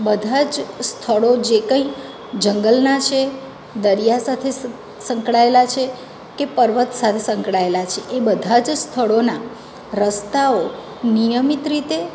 બધા જ સ્થળો જે કંઈ જંગલના છે દરીયા સાથે સ સ સંકળાયેલા છે કે પર્વત સાથે સંકળાયેલા છે એ બધા જ સ્થળોના રસ્તાઓ નિયમિત રીતે